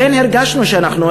לכן הרגשנו שאנחנו,